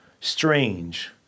strange